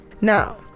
Now